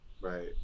Right